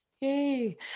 Yay